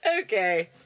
Okay